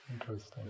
interesting